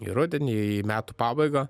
į rudenį į metų pabaigą